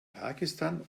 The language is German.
pakistan